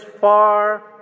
far